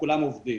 וכולם עובדים.